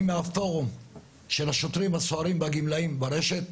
אני מהפורום של השוטרים, הסוהרים והגמלאים ברשת.